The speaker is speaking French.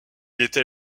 était